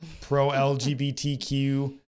pro-LGBTQ